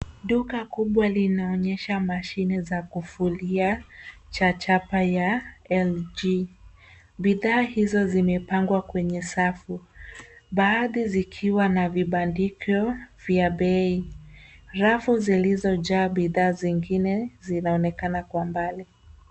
Duka kubwa linaonyesha mashine ya kufulia cha chapa ya LG bidhaa hizo zimepangwa kwenye safu. Baadhi zikiwa na vibandiko vya bei. Rafu zilizojaa bidhaa zingine zinaonekana kwa mbali.